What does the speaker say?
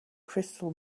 crystal